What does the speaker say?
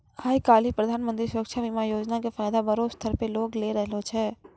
आइ काल्हि प्रधानमन्त्री सुरक्षा बीमा योजना के फायदा बड़ो स्तर पे लोग लै रहलो छै